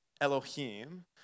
Elohim